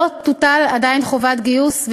לא תוטל עדיין חובת גיוס,